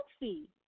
healthy